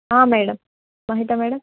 madam Mahita madam